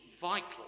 vital